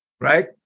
right